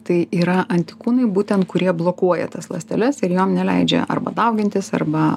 tai yra antikūnai būtent kurie blokuoja tas ląsteles ir jom neleidžia arba daugintis arba